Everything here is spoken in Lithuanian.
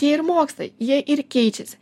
tie ir mokslai jie ir keičiasi